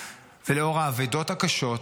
נוכח האבדות הקשות,